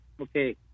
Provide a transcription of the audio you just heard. Okay